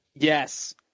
Yes